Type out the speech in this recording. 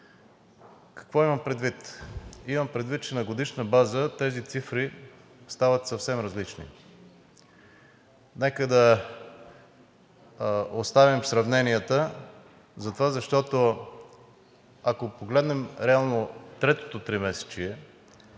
Какво имам предвид? Имам предвид, че на годишна база тези цифри стават съвсем различни. Нека да оставим сравненията, защото, ако погледнем реално третото тримесечие